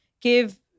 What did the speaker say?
give